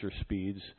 speeds